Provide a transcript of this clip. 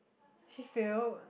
she failed